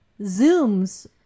Zooms